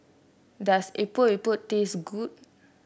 does Epok Epok taste good